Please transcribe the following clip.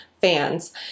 fans